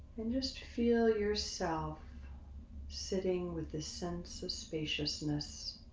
and just feel yourself sitting with this sense of spaciousness.